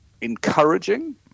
encouraging